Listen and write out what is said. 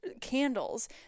candles